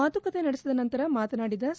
ಮಾತುಕತೆ ನಡೆಸಿದ ನಂತರ ಮಾತನಾಡಿದ ಸಾ